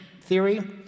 theory